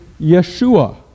Yeshua